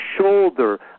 shoulder